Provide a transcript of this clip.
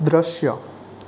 દૃશ્ય